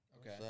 Okay